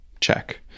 check